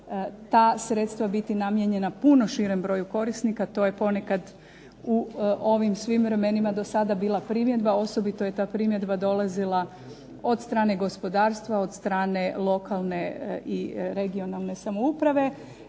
ta sredstva biti namijenjena puno širem broju korisnika, to je ponekad u ovim svim vremenima do sada bila primjedba, osobito je ta primjedba dolazila od strane gospodarstva, od strane lokalne i regionalne samouprave.